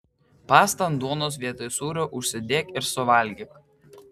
pastą ant duonos vietoj sūrio užsidėk ir suvalgyk